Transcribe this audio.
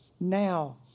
now